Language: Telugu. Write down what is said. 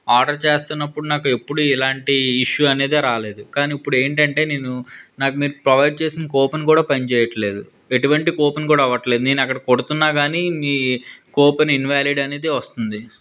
ఆర్డర్ చేస్తున్నప్పుడు నాకెప్పుడూ ఇలాంటి ఇష్యూ అనేది రాలేదు కానీ ఇప్పుడు ఏంటంటే నేను నాకు మీరు ప్రొవైడ్ చేసిన కూపన్ కూడా పనిచేయటం లేదు ఎటువంటి కూపన్ కూడా అవ్వటం లేదు నేను అక్కడ కొడుతున్నా కాని మీ కూపన్ ఇన్వ్యాలిడ్ అనేది వస్తుంది